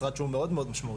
משרד שהוא מאוד מאוד משמעותי,